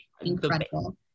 incredible